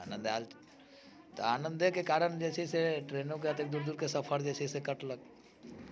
आनंद आएल तऽ आनंदेके कारण जे छै से ट्रेनोके एतेक दूर दूरके सफर जे छै से कटलक